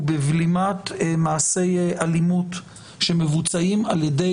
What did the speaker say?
ובבלימת מעשי אלימות שמבוצעים על ידי